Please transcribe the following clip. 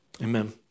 Amen